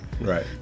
Right